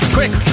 Quick